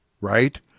right